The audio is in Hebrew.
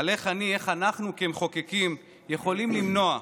איך אני, איך אנחנו כמחוקקים יכולים למנוע?